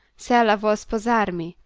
se ella vuol sposarmi,